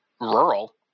rural